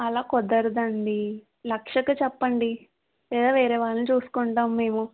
అలా కుదరదండి లక్షకి చెప్పండి లేదా వేరే వాళ్ళని చూసుకుంటాం మేము